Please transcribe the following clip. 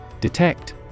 Detect